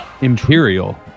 Imperial